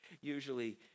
usually